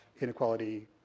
inequality